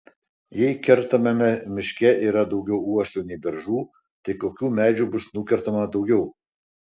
jei kertamame miške yra daugiau uosių nei beržų tai kokių medžių bus nukertama daugiau